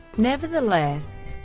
nevertheless,